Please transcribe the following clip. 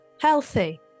Healthy